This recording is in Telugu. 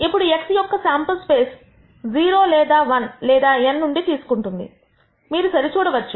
ఇప్పుడు x యొక్క శాంపుల్ స్పేస్ 0 లేదా 1 లేదా n నుండి తీసుకుంటుంది మీరు సరి చూడవచ్చు